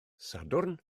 sadwrn